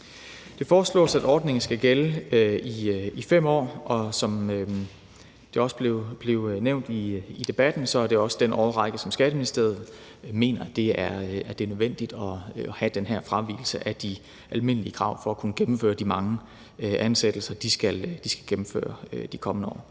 Det foreslås, at ordningen skal gælde i 5 år, og som det også blev nævnt i debatten, er det også det antal år, som Skatteministeriet mener det er nødvendigt at have den her fravigelse af de almindelige krav for at kunne gennemføre de mange ansættelser, de skal gennemføre de kommende år.